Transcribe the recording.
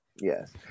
yes